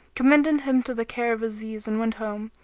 commended him to the care of aziz and went home,